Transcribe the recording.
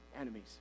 enemies